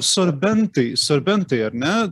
sorbentai sorbentai ar ne